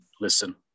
listen